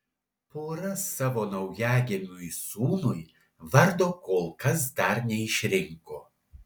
pora savo naujagimiui sūnui vardo kol kas dar neišrinko